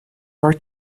are